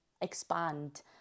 expand